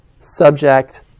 subject